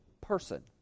person